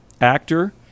actor